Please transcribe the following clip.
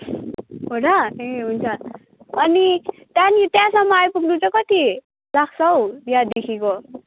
हो र ए हुन्छ अनि त्यहाँ नि त्यहाँसम्म आइपुग्नु चाहिँ कति लाग्छ हौ यहाँदेखिको